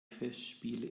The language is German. festspiele